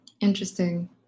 Interesting